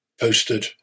posted